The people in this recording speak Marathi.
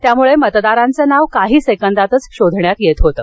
त्यामुळे मतदारांचं नाव काही सेकदात शोधण्यात येत होतं